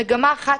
מגמה אחת,